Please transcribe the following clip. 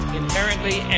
inherently